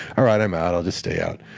alright, i'm out i'll just stay out.